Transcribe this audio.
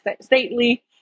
stately